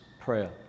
prayer